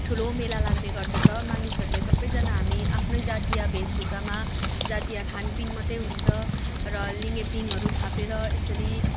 ठुलो मेला लाग्ने गर्दछ मानिसहरूले सबजना हामी आफ्नै जातीय भेषभूषामा जातीय खानपिन मात्र हुन्छ र लिङ्गेपिङहरू थापेर यसरी